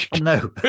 No